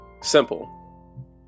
simple